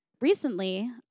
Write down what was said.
Recently